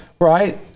right